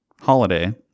holiday